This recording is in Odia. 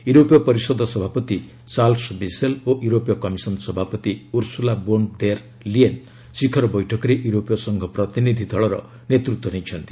ୟୁରୋପୀୟ ପରିଷଦ ସଭାପତି ଚାର୍ଲସ୍ ମିସେଲ୍ ଓ ୟୁରୋପୀୟ କମିଶନ ସଭାପତି ଉର୍ସୁଲା ବୋନ୍ ଦେର୍ ଲିୟେନ୍ ଶିଖର ବୈଠକରେ ୟୁରୋପୀୟ ସଂଘ ପ୍ରତିନିଧି ଦଳର ନେତୃତ୍ୱ ନେଇଛନ୍ତି